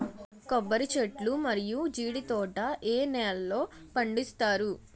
కొబ్బరి చెట్లు మరియు జీడీ తోట ఏ నేలల్లో పండిస్తారు?